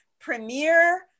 premiere